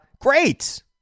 Great